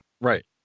Right